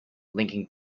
linking